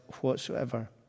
whatsoever